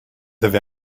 avez